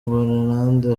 mbanenande